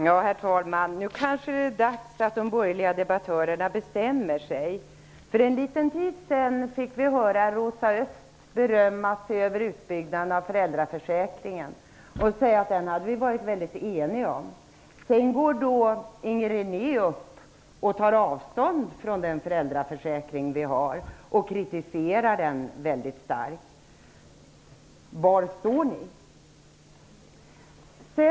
Herr talman! Nu kanske det är dags att de borgerliga debattörerna bestämmer sig. För en liten stund sedan fick vi höra Rosa Östh berömma sig över utbyggnaden av föräldraförsäkringen och säga att vi hade varit väldigt eniga om den. Sedan går Inger René upp i debatten och tar avstånd från och kritiserar den föräldraförsäkring vi har, väldigt starkt. Var står ni?